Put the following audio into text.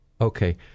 Okay